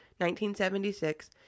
1976